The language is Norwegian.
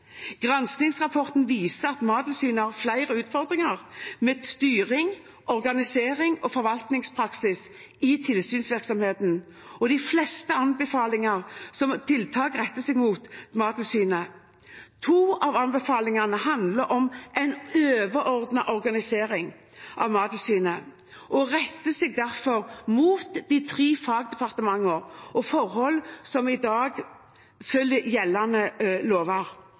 viser at Mattilsynet har flere utfordringer med styring, organisering og forvaltningspraksis i tilsynsvirksomheten, og de fleste anbefalingene om tiltak retter seg mot Mattilsynet. To av anbefalingene handler om den overordnede organiseringen av Mattilsynet, og retter seg derfor mot de tre fagdepartementene og forhold som i dag følger av gjeldende lover.